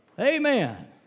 Amen